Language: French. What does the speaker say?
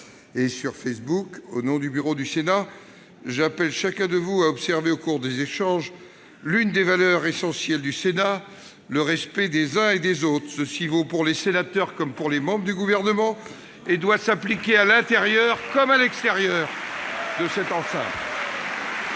et sur Facebook. Au nom du Bureau du Sénat, j'appelle chacun de vous à observer au cours de nos échanges l'une des valeurs essentielles du Sénat : le respect des uns et des autres. Cela vaut pour les sénateurs comme pour les membres du Gouvernement et doit s'appliquer à l'intérieur comme à l'extérieur de cette enceinte. La parole est